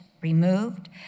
removed